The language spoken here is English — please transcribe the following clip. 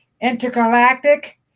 Intergalactic